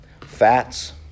fats